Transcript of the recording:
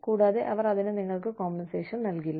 കൂടാതെ അവർ അതിന് നിങ്ങൾക്ക് കോമ്പൻസേഷൻ നൽകില്ല